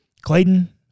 Clayton